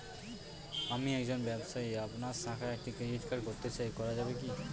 আমি একজন ব্যবসায়ী আপনার শাখায় একটি ক্রেডিট কার্ড করতে চাই করা যাবে কি?